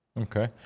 Okay